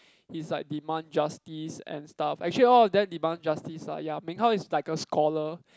he's like demand justice and stuff actually all of them demand justice lah ya Meng-Hao is like a scholar